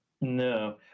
No